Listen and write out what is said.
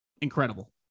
incredible